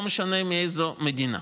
לא משנה מאיזו מדינה.